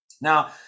Now